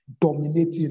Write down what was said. dominating